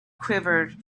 quivered